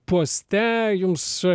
poste jums